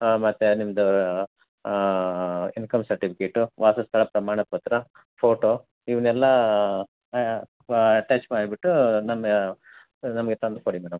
ಮತ್ತೆ ನಿಮ್ದು income certificate ವಾಸಸ್ಥಳ ಪ್ರಮಾಣಪತ್ರ ಫೋಟೊ ಇವುನ್ನೆಲ್ಲ ವ ಅಟ್ಯಾಚ್ ಮಾಡಿಬಿಟ್ಟು ನಮ್ಮ ನಮಗೆ ತಂದು ಕೊಡಿ ಮೇಡಮ್